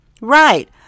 Right